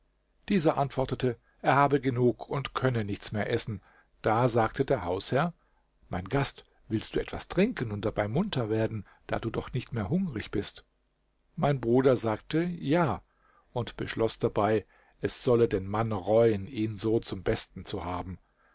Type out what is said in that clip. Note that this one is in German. dieser antwortete er habe genug und könne nichts mehr essen da sagte der hausherr mein gast willst du etwas trinken und dabei munter werden da du doch nicht mehr hungrig bist mein bruder sagte ja und beschloß dabei es solle den mann reuen ihn so zum besten zu haben